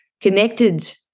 connected